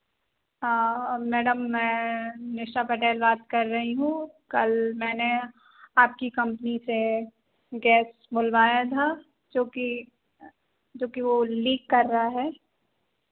हाँ मैडम मैं निशा पटेल बात कर रही हूँ कल मैंने आपकी कंपनी से गैस बुलवाया था जो कि जो कि वो लीक कर रहा है